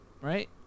right